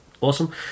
awesome